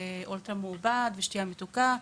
של אוכל מעובד ושל שתייה מתוקה.